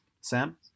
Sam